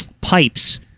pipes